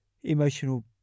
emotional